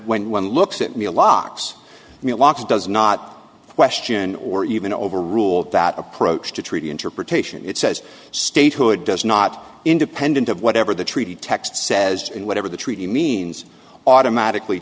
when one looks at me a locks does not question or even overrule that approach to treaty interpretation it says statehood does not independent of whatever the treaty text says in whatever the treaty means automatically